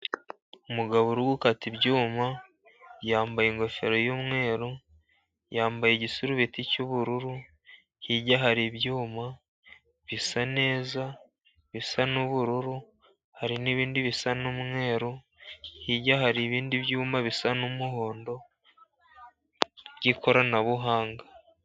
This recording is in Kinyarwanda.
Umugabo uri gukata ibyuma, yambaye ingofero y'umweru, yambaye igisuruti cy'ubururu, hirya hari ibyuma bisa neza, bisa n'ubururu hari n'ibindi bisa n'umweru, hirya hari ibindi byuma bisa n'umuhondo by'ikoranabuhanga.